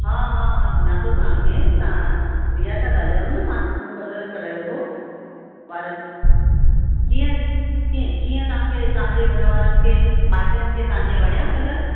हा हा हा सुञातो तव्हांखे तव्हां रिया था ॻाल्हायो मां तव्हांजो कलर करियो हो वारनि कीअं की कीअं तव्हांखे तव्हांजे घर वारनि खे माइटन खे तव्हांजे वणिया कलर